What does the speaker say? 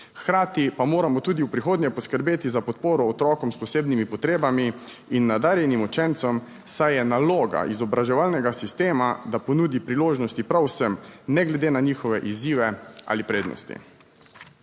Hkrati pa moramo tudi v prihodnje poskrbeti za podporo otrokom s posebnimi potrebami in nadarjenim učencem, saj je naloga izobraževalnega sistema, da ponudi priložnosti prav vsem, ne glede na njihove izzive ali prednosti.